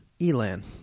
Elan